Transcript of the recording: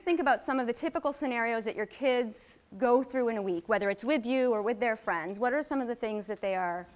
think about some of the typical scenarios that your kids go through in a week whether it's with you or with their friends what are some of the things that they are